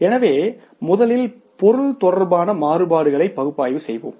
எனவே முதலில் பொருள் தொடர்பான மாறுபாடுகளை பகுப்பாய்வு செய்வோம்